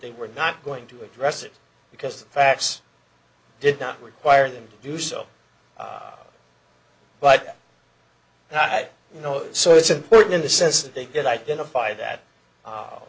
they were not going to address it because the facts did not require them to do so but now i know so it's important in the sense that they could identify that